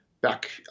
back